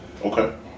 Okay